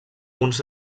uns